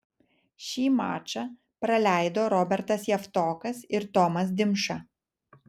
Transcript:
šį mačą praleido robertas javtokas ir tomas dimša